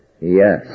Yes